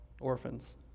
orphans